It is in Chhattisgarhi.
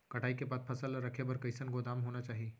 कटाई के बाद फसल ला रखे बर कईसन गोदाम होना चाही?